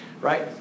right